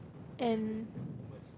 and